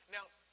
Now